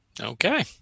okay